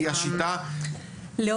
רק שלא